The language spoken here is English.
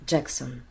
Jackson